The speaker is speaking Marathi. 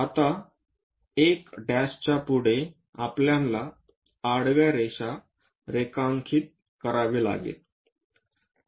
आता 1' च्या पुढे आपल्याला आडव्या रेषा रेखांकित करावे लागेल